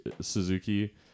Suzuki